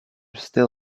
still